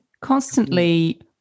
Constantly